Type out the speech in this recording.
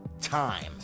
time